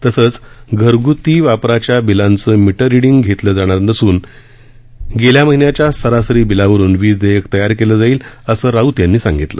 तसंच घरगुती वापराच्या बिलांचे मीटर रिडींग घेणार नसून गेल्या महिन्याच्या सरासरी बिलावरून वीज देयक तयार केलं जाईल असं राऊत यांनी सांगितलं